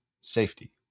safety